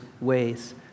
ways